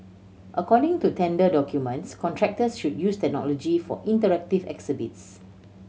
according to tender documents contractors should use technology for interactive exhibits